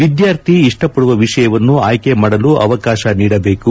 ವಿದ್ಯಾರ್ಥಿ ಇಷ್ವಪದುವ ವಿಷಯವನ್ನು ಆಯ್ಕೆ ಮಾದಲು ಅವೆಕಾಶ ನೀಡಬೇಕು